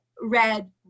red